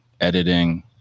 editing